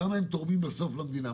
כמה הם תורמים בסוף למדינה.